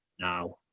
now